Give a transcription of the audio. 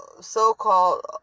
so-called